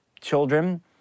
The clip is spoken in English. children